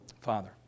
Father